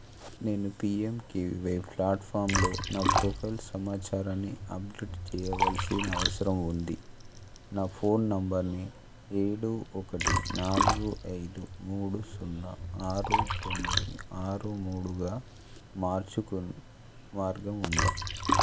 నేను P M K V Y ప్లాట్ఫార్మ్లో నా ప్రొఫైల్ సమాచారాన్ని అప్డేట్ చేయవలసిన అవసరం ఉంది నా ఫోన్ నెంబర్ని ఏడు ఒకటి నాలుగు ఐదు మూడు సున్నా ఆరు తొమ్మిది ఆరు మూడుగా మార్చుకోను మార్గం ఉందా